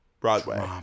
Broadway